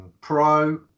Pro